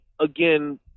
again